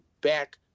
back